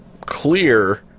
clear